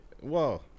Whoa